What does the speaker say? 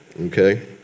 Okay